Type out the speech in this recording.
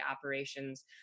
operations